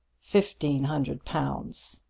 fifteen hundred pounds!